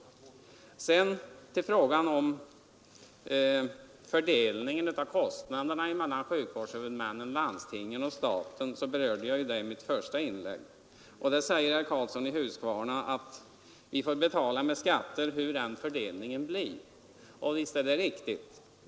Jag berörde frågan om fördelningen av kostnaderna mellan sjukvårdshuvudmännen/landstingen och staten i mitt första inlägg. Herr Karlsson i Huskvarna säger att vi får betala med skatter hur fördelningen än blir. Visst är det riktigt.